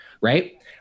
right